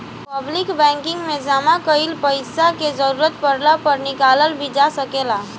public banking में जामा कईल पइसा के जरूरत पड़े पर निकालल भी जा सकेला